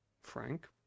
frank